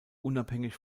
unabhängig